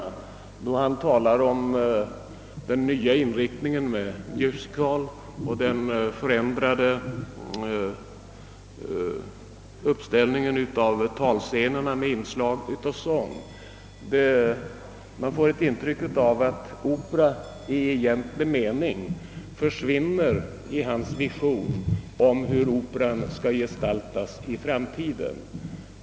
Han talar nämligen om den nya inriktningen med musical och den förändrade uppställningen av talscenerna med inslag av sång. Man får ett intryck av att opera i vanlig mening försvinner i hans vision av hur operan skall gestaltas i framtiden.